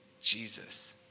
Jesus